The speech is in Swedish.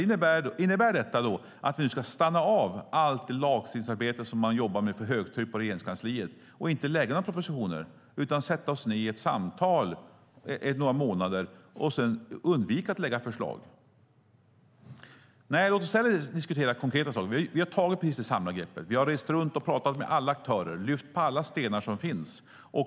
Innebär det att allt lagstiftningsarbete som man jobbar med för högtryck på Regeringskansliet ska stanna av och att inga propositioner ska läggas fram utan att vi ska sätta oss ned i ett samtal i några månader? Nej, låt oss i stället diskutera konkreta saker. Vi har precis tagit det samlade greppet. Vi har rest runt och pratat med alla aktörer och lyft på alla stenar som finns.